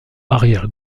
arrière